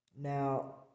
Now